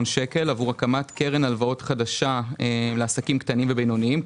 שקל עבור הקמת קרן הלוואות חדשה לעסקים קטנים ובינוניים,